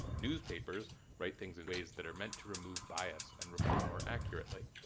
newspapers write things in ways that are meant to remove bias and report more accurately.